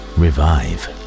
revive